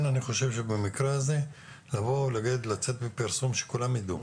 כן אני חושב שבמקרה הזה, לצאת בפרסום שכולם ידעו.